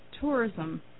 tourism